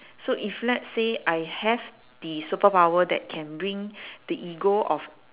so if let's say I have the superpower that can bring the ego of